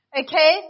Okay